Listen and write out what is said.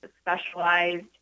specialized